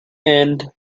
end